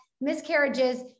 miscarriages